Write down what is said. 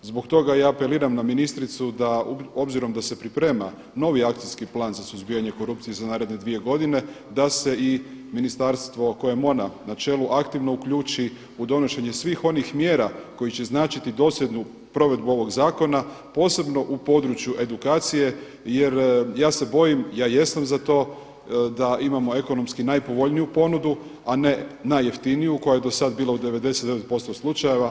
Zbog toga ja apeliram na ministricu da obzirom da se priprema novi akcijski plan za suzbijanje korupcije za naredne dvije godine da se i ministarstvo kojem je ona na čelu aktivno uključi u donošenje svih onih mjera koje će značiti dosljednu provedbu ovog zakona posebno u području edukacije jer ja se bojim, ja jesam za to da imamo ekonomski najpovoljniju ponudu a ne najjeftiniju koja je do sada bila u 99% slučajeva.